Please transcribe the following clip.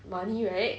right